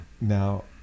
Now